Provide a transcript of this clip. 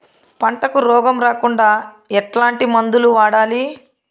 పంటకు రోగం రాకుండా ఎట్లాంటి మందులు వాడాలి?